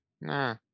nah